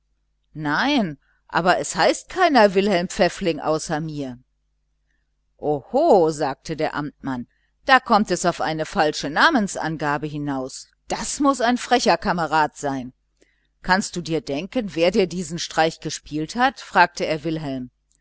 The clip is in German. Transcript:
nein aber es heißt keiner wilhelm pfäffling außer mir oho sagte der amtmann da kommt es auf eine falsche namensangabe hinaus das muß ein frecher kamerad sein kannst du dir denken wer dir den streich gespielt hat fragte er wilhelm